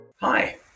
Hi